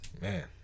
man